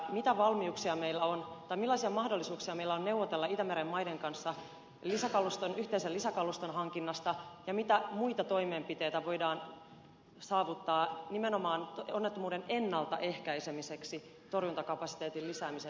mitä valmiuksia meillä on tai millaisia mahdollisuuksia meillä on neuvotella itämeren maiden kanssa yhteisen lisäkaluston hankinnasta ja mitä muita toimenpiteitä voidaan tehdä nimenomaan onnettomuuden ennaltaehkäisemiseksi torjuntakapasiteetin lisäämisen lisäksi